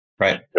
Right